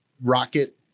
Rocket